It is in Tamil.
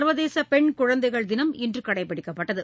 சர்வதேசபெண் குழந்தைகள் தினம் இன்றுகடைபிடிக்கப்பட்டது